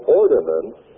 ordinance